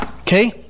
Okay